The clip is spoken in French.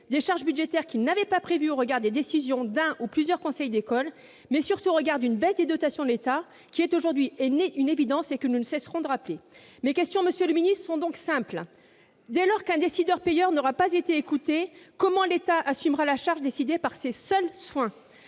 des charges budgétaires qu'ils n'avaient pas prévues au regard des décisions d'un ou de plusieurs conseils d'école, mais surtout d'une baisse des dotations de l'État qui est aujourd'hui une évidence et que nous ne cesserons de rappeler ! Mes questions, monsieur le ministre, sont simples. Dès lors qu'un décideur-payeur n'aura pas été écouté, comment l'État assumera-t-il la charge créée de son seul fait ?